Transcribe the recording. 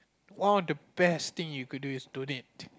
one of the best thing you could do is donate